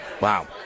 Wow